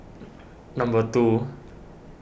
number two